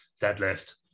deadlift